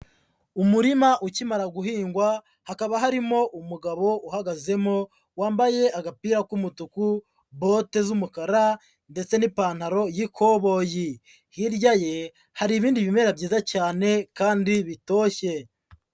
Umurima ukimara guhingwa, hakaba harimo umugabo uhagazemo, wambaye agapira k'umutuku, bote z'umukara ndetse n'ipantaro y'ikoboyi. Hirya ye, hari ibindi bimera byiza cyane kandi bitoshye.